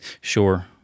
Sure